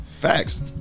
facts